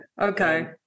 Okay